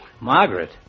Margaret